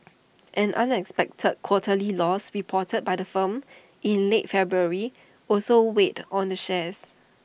an unexpected quarterly loss reported by the firm in late February also weighed on the shares